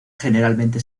generalmente